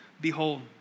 Behold